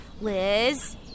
Liz